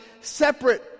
separate